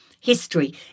history